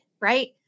right